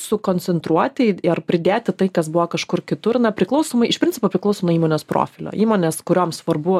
sukoncentruoti ar pridėti tai kas buvo kažkur kitur na priklausomai iš principo priklauso nuo įmonės profilio įmonės kurioms svarbu